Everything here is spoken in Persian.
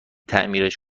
تعمیرش